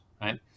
right